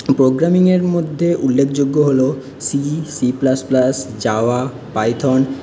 প্রোগ্রামিংয়ের মধ্যে উল্লেখযোগ্য হল সি সিপ্লাসপ্লাস জাভা পাইথন